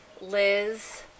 Liz